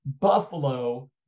Buffalo